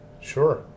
Sure